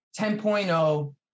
10.0